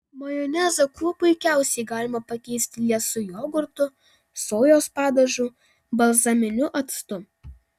majonezą kuo puikiausiai galima pakeisti liesu jogurtu sojos padažu balzaminiu actu